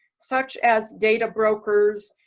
such as data brokers,